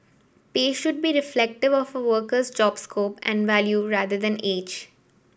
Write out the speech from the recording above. pay should be reflective of a worker's job scope and value rather than age